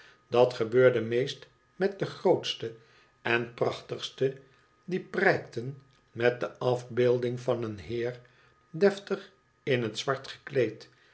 dat gebeurde meest met de grootste en prachtigste die prijkten met de afbeelding van een heer deftig in het zwart gekleed